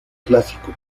clásico